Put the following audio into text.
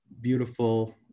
beautiful